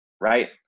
right